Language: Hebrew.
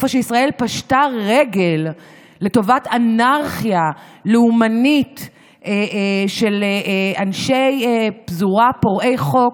איפה שישראל פשטה רגל לטובת אנרכיה לאומנית של אנשי פזורה פורעי חוק,